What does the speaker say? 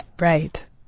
Right